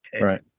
right